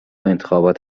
انتخابات